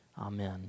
Amen